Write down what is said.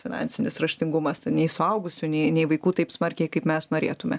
finansinis raštingumas nei suaugusių nei nei vaikų taip smarkiai kaip mes norėtume